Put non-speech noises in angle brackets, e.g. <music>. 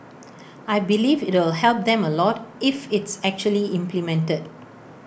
<noise> I believe it'll help them A lot if it's actually implemented